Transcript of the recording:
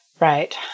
Right